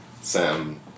Sam